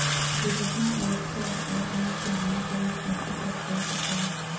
दुर्घटना अयोग्यता या अंग के हानि कभी मृत्यु तक हो सको हइ